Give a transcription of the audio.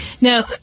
Now